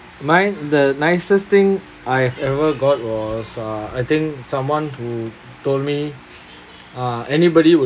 mine the nicest thing I've ever got was uh I think someone who told me uh anybody